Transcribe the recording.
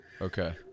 Okay